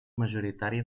majoritari